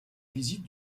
visites